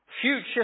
future